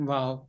Wow